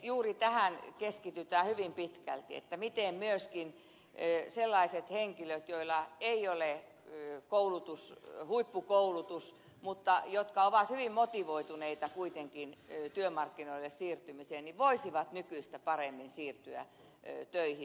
juuri tähän keskitytään hyvin pitkälti että miten myöskin sellaiset henkilöt joilla ei ole huippukoulutusta mutta jotka ovat hyvin motivoituneita kuitenkin työmarkkinoille siirtymiseen voisivat nykyistä paremmin siirtyä töihin